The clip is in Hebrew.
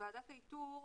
בוועדת האיתור,